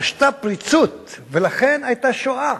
פשטה פריצות, ולכן היתה שואה.